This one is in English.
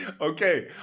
Okay